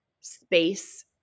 space